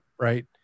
right